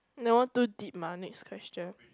that one too deep mah next question